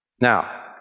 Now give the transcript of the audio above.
Now